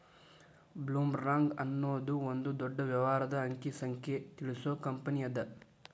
ಬ್ಲೊಮ್ರಾಂಗ್ ಅನ್ನೊದು ಒಂದ ದೊಡ್ಡ ವ್ಯವಹಾರದ ಅಂಕಿ ಸಂಖ್ಯೆ ತಿಳಿಸು ಕಂಪನಿಅದ